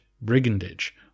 brigandage